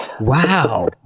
Wow